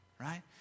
right